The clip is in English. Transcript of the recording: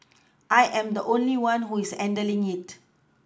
I am the only one who is handling it